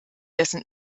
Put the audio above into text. dessen